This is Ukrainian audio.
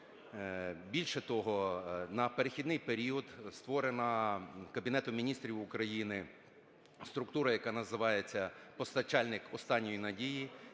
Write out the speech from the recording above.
Більше того, на перехідний період створена Кабінетом Міністрів України структура, яка називається постачальник "останньої надії",